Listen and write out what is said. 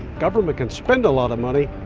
government can spend a lot of money,